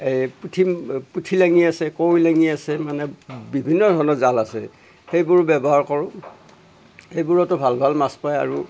এই পুঠি পুঠি লাঙি আছে কাৱৈ লাঙি আছে মানে বিভিন্ন ধৰণৰ জাল আছে সেইবোৰ ব্যৱহাৰ কৰোঁ সেইবোৰতো ভাল ভাল মাছ পায় আৰু